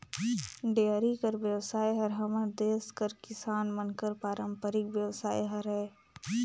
dairy कर बेवसाय हर हमर देस कर किसान मन कर पारंपरिक बेवसाय हरय